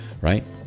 right